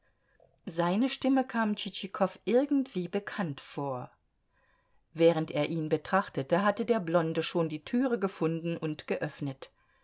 seine stimme kam tschitschikow irgendwie bekannt vor während er ihn betrachtete hatte der blonde schon die türe gefunden und geöffnet